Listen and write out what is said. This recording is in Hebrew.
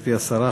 גברתי השרה,